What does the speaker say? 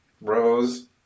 Rose